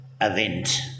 event